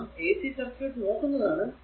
നാം ac circuit നോക്കുന്നതാണ്